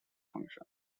function